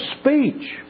speech